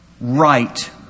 right